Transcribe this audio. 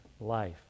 life